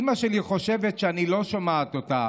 אימא שלי חושבת שאני לא שומעת אותה.